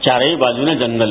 चारही बाजूनं जंगल